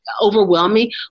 overwhelming